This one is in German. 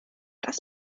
das